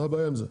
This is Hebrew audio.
מה הבעיה עם זה?